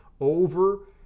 over